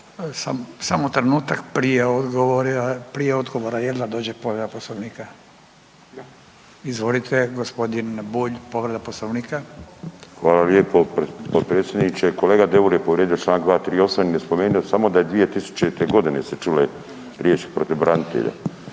Samo trenutak. Prije odgovora jedna povreda Poslovnika. Izvolite gospodine Bulj, povreda Poslovnika. **Bulj, Miro (MOST)** Hvala lijepo potpredsjedniče. Kolega Deur je povrijedio članak 238. Jer je spomenuo da je samo 2000. godine se čule riječi protiv branitelja.